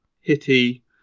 hitty